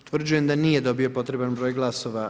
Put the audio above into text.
Utvrđujem da nije dobio potreban broj glasova.